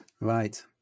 Right